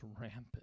rampant